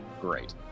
great